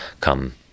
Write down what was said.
come